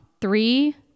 three